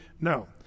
No